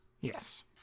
Yes